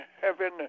heaven